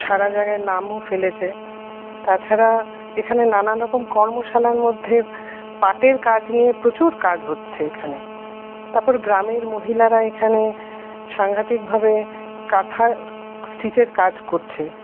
সারা জায়গায় নামও ফেলেছে তাছাড়া এখানে নানানরকম কর্মশালার মধ্যে পাটের কাজ নিয়ে প্রচুর কাজ হচ্ছে এখানে তারপরে গ্রামের মহিলারা এখানে সাংঘাতিকভাবে কাঁথার স্টিচের কাজ করছে